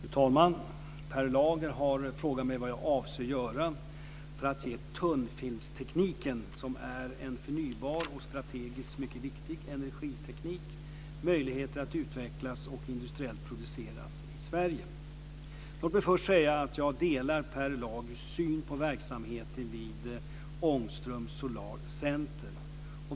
Fru talman! Per Lager har frågat mig vad jag avser göra för att ge tunnfilmstekniken, som är en förnybar och strategiskt mycket viktig energiteknik, möjligheter att utvecklas och industriellt produceras i Låt mig först säga att jag delar Per Lagers syn på verksamheten vid Ångström Solar Center.